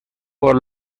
por